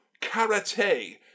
karate